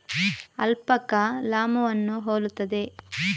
alpaca ಲಾಮೂವನ್ನು ಹೋಲುತ್ತದೆ